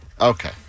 Okay